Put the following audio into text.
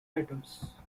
items